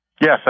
Yes